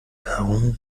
darum